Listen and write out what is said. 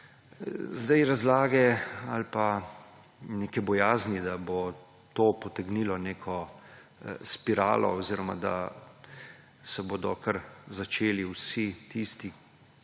Zdaj razlage ali pa neke bojazni, da bo to potegnilo neko spiralo oziroma da se bodo kar začeli vsi tisti